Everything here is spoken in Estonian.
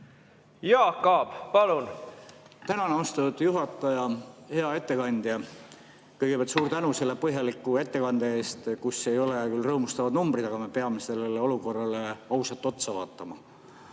Jaak Aab, palun! Tänan, austatud juhataja! Hea ettekandja! Kõigepealt suur tänu selle põhjaliku ettekande eest, kus ei olnud küll rõõmustavaid numbreid, aga me peamegi olukorrale ausalt otsa vaatama.